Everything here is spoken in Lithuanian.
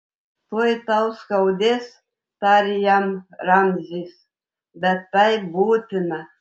tuoj tau skaudės tarė jam ramzis bet tai būtina